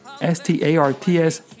S-T-A-R-T-S